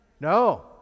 No